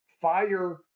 fire